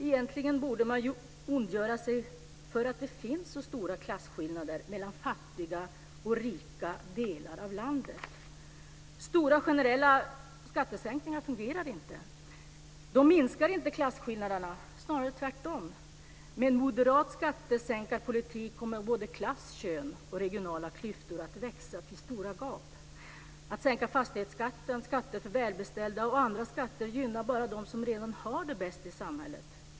Egentligen borde man ondgöra sig över att det finns så stora klasskillnader mellan fattiga och rika delar av landet. Stora generella skattesänkningar fungerar inte. De minskar inte klasskillnaderna, snarare tvärtom. Med moderat skattesänkarpolitik kommer både klass och könsklyftorna och de regionala klyftorna att växa till stora gap. Att sänka fastighetsskatten, skatter för de välbeställda och andra skatter gynnar bara dem som redan har det bäst i samhället.